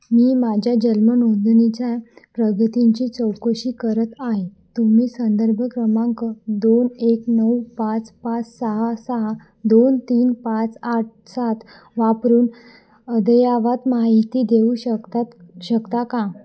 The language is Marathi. मी माझ्या जन्म नोंदणीच्या प्रगतींची चौकशी करत आहे तुम्ही संदर्भ क्रमांक दोन एक नऊ पाच पाच सहा सहा दोन तीन पाच आठ सात वापरून अद्ययावत माहिती देऊ शकतात शकता का